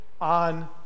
on